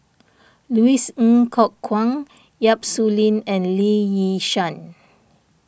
Louis Ng Kok Kwang Yap Su Yin and Lee Yi Shyan